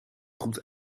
goed